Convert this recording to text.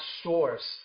source